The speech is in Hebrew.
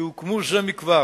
בין המספרים?